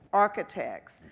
architects,